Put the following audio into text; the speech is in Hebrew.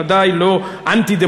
ודאי לא אנטי-דמוקרטי.